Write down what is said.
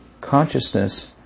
consciousness